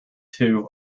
too